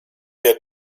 der